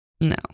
No